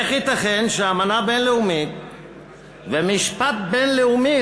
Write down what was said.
איך ייתכן שאמנה בין-לאומית ומשפט בין-לאומי